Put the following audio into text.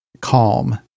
calm